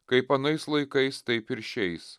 kaip anais laikais taip ir šiais